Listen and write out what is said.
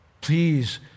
Please